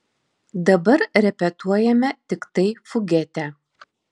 dabar repetuojame tiktai fugetę